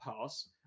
Pass